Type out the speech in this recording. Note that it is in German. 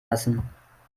lassen